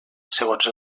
segons